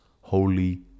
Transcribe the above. holy